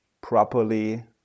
properly